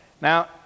Now